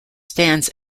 stands